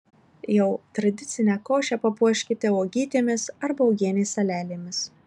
jau tradicinę košę papuoškite uogytėmis arba uogienės salelėmis